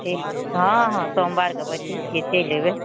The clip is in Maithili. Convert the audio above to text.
ठीक हँ हँ सोमवारके बैठे छियै चलि अयबै